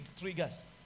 triggers